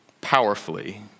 powerfully